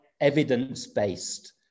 evidence-based